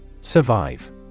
Survive